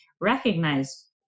Recognize